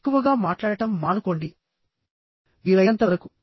ఎక్కువగా మాట్లాడటం మానుకోండి వీలైనంత వరకు